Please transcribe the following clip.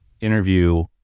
interview